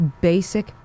basic